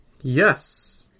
Yes